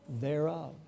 thereof